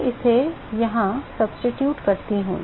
मैं इसे यहां स्थानापन्न करता हूं